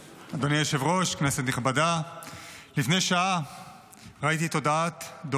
החוק, ויש גם החלטות כאלה שהכירו בחוק.